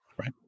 right